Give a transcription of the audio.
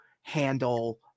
handle